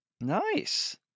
Nice